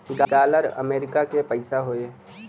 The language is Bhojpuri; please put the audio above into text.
डॉलर अमरीका के पइसा हौ